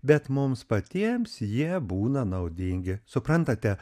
bet mums patiems jie būna naudingi suprantate